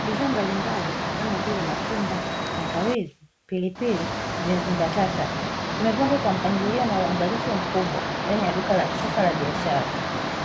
Bidhaa mbalimbali kama vile matunda, tangawizi, pilipili, viazi mbatata vimepangwa kwa mpangilio na uangalifu mkubwa, mbele ya duka la kisasa la biashara.